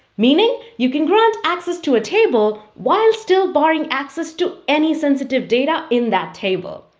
meaning you can grant access to a table while still barring access to any sensitive data in that table.